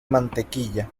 mantequilla